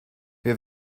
wir